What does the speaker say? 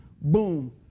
boom